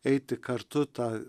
eiti kartu tą